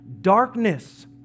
darkness